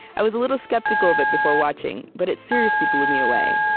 i was a little skeptical of it before watching. but it seriously blew me away.